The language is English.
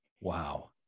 Wow